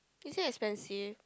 is it expensive